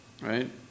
right